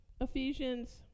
Ephesians